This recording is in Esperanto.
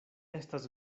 estas